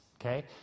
okay